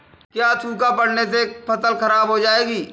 क्या सूखा पड़ने से फसल खराब हो जाएगी?